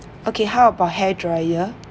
okay how about hair dryer